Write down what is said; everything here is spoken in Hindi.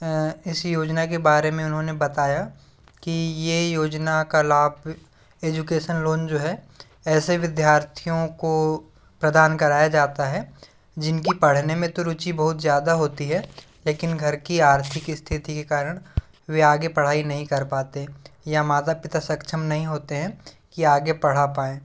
इस योजना के बारे में उन्होंने बताया कि ये योजना का लाभ एजुकेसन लोन जो है ऐसे विद्यार्थियों को प्रदान कराया जाता है जिनकी पढ़ने में तो रुचि बहुत ज़्यादा होती है लेकिन घर की आर्थिक स्थिति के कारण वे आगे पढ़ाई नहीं कर पाते या माता पिता सक्षम नहीं होते है कि आगे पढ़ा पाएं